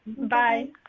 Bye